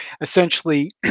essentially